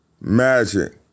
Magic